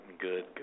Good